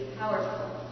powerful